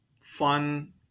fun